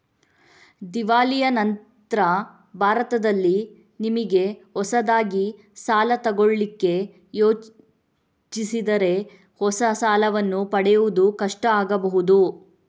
ದಿವಾಳಿಯ ನಂತ್ರ ಭಾರತದಲ್ಲಿ ನಿಮಿಗೆ ಹೊಸದಾಗಿ ಸಾಲ ತಗೊಳ್ಳಿಕ್ಕೆ ಯೋಜಿಸಿದರೆ ಹೊಸ ಸಾಲವನ್ನ ಪಡೆಯುವುದು ಕಷ್ಟ ಆಗ್ಬಹುದು